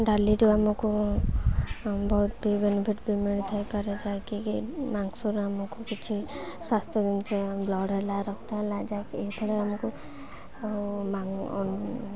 ଡାଲିରୁ ଆମକୁ ବହୁତ ବି ବେନିଫିଟ୍ ବି ମିଳିଯାଇପାରେ ଯାହାକି ମାଂସରୁ ଆମକୁ କିଛି ସ୍ୱାସ୍ଥ୍ୟ ଜିନିଷ ବ୍ଲଡ଼ ହେଲା ରକ୍ତ ହେଲା ଯାହାକି ଏହିଭଳି ଆମକୁ